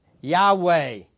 Yahweh